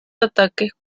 ataques